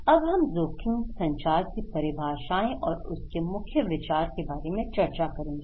अब हम जोखिम संचार की परिभाषाएँ और उसके मुख्य विचार के बारे में चर्चा करेंगे